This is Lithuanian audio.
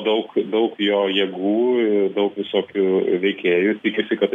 daug daug jo jėgų ir daug visokių veikėjų tikisi kad